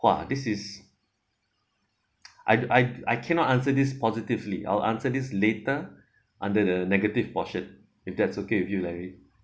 !wah! this is I I I cannot answer this positively I'll answer this later under the negative portion if that's okay with you larry